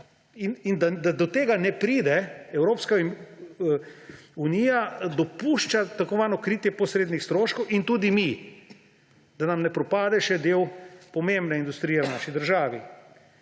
In da do tega ne pride, Evropska unija dopušča tako imenovano kritje posrednih stroškov, in tudi mi, da nam ne propade še del pomembne industrije v naši državi.